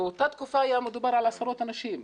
באותה תקופה היה מדובר על עשרות אנשים.